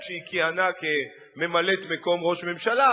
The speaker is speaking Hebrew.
כשהיא כיהנה כממלאת-מקום ראש ממשלה.